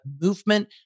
movement